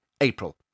April